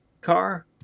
car